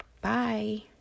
Bye